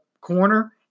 corner